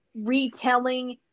retelling